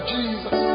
Jesus